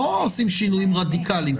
לא עושים שינויים רדיקליים,